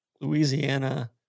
Louisiana